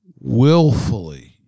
willfully